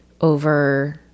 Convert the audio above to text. over